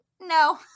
no